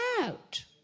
out